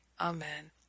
Amen